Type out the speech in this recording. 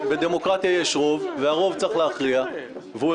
בדמוקרטיה יש רוב והרוב צריך להכריע והוא